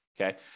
Okay